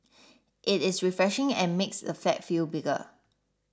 it is refreshing and makes the flat feel bigger